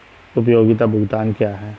उपयोगिता भुगतान क्या हैं?